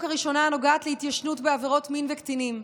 הראשונה הנוגעת להתיישנות בעבירות מין וקטינים.